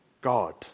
God